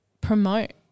promote